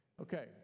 Okay